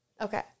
Okay